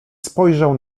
spojrzał